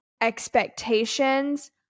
expectations